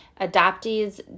Adoptees